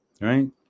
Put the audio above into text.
right